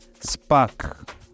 spark